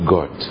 God